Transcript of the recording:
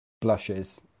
Blushes